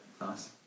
nice